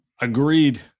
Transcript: Agreed